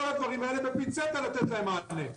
כל הדברים האלה בפינצטה לתת להם מענה.